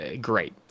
great